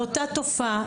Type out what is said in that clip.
מאותה תופעה.